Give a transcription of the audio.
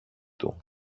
του